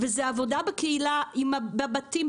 וזה עבודה בקהילה בבתים,